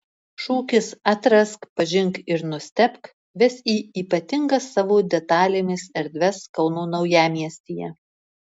šūkis atrask pažink ir nustebk ves į ypatingas savo detalėmis erdves kauno naujamiestyje